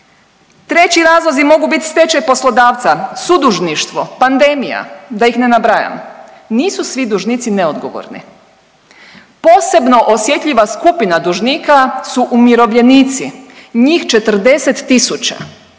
treći razlozi mogu bit stečaj poslodavca, sudužništvo, pandemija, da ih ne nabrajam, nisu svi dužnici neodgovorni. Posebno osjetljiva skupina dužnika su umirovljenici, njih 40 tisuća